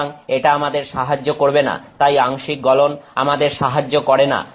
সুতরাং এটা আমাদের সাহায্য করে না তাই আংশিক গলন আমাদের সাহায্য করে না